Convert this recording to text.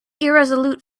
irresolute